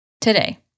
Today